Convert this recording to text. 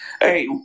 Hey